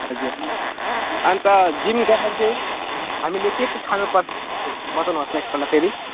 हजुर अन्त जिम गर्दा चाहिँ हामीले के के खानुपर्छ बताउनुहोस् त एकपल्ट फेरि